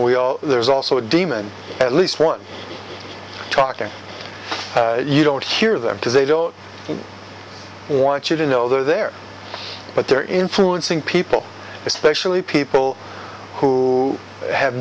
we all there's also a demon at least one talking you don't hear them because they don't want you to know they're there but they're influencing people especially people who have